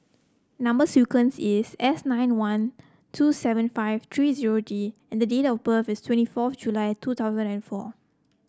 number sequence is S nine one two seven five three zero D and date of birth is twenty fourth July two thousand and four